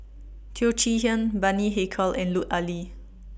Teo Chee Hean Bani Haykal and Lut Ali